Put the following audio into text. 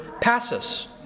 passus